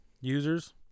Users